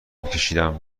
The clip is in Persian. میکشیدم